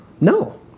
No